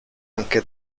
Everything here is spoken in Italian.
anche